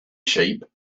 sheep